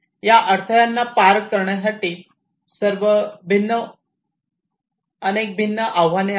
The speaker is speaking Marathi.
या अडथळ्यांना पार करण्यासाठी अनेक भिन्न आव्हाने आहेत